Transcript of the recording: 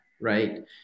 Right